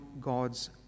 God's